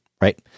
right